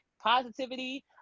positivity